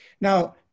Now